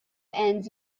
ends